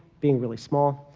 being really small.